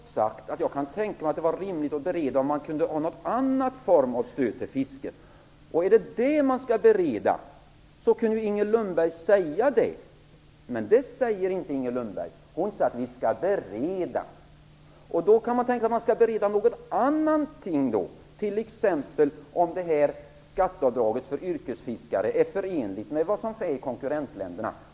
Fru talman! Jag har sagt att jag kan tänka mig att det är rimligt att bereda om det kunde vara någon annan form av stöd till fisket. Är det vad som skall beredas, kan väl Inger Lundberg säga det. Men det gör hon inte, utan hon säger bara att vi skall "bereda". Då kan man tänka sig att det är något annat som skall beredas, t.ex. om skatteavdraget för yrkesfiskare är förenligt med hur det är i konkurrentländerna.